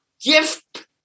gift